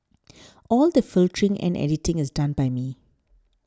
all the filtering and editing is done by me